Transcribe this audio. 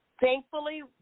thankfully